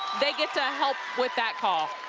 they get to help with that call.